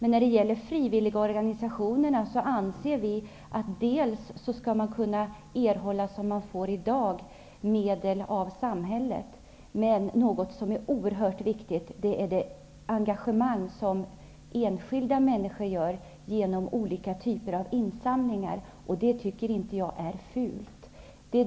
När det gäller frivilligorganisationerna anser vi att de bör kunna erhålla medel av samhället så som de får i dag. Något som är oerhört viktigt är de enskilda människors engagemang genom olika typer av insamlingar. Det tycker inte jag är fult.